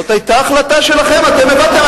זאת היתה החלטה שלכם, אתם העברתם.